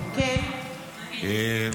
אתה יודע שאני דואגת באמת.